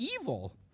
evil